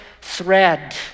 thread